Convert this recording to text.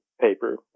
paper